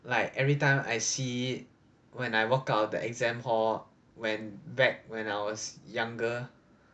like everytime I see when I walk out the exam hall when back when I was younger